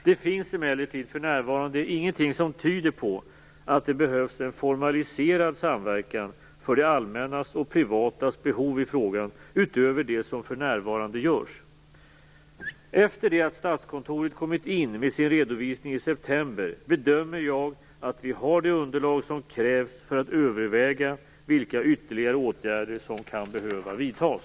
Det finns emellertid för närvarande ingenting som tyder på att det behövs en formaliserad samverkan för det allmännas och privatas behov i frågan - utöver det som för närvarande görs. Efter det att Statskontoret kommit in med sin redovisning i september bedömer jag att vi har det underlag som krävs för att överväga vilka ytterligare åtgärder som kan behöva vidtas.